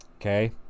Okay